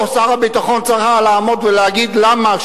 פה שר הביטחון היה צריך לעמוד ולהגיד למה,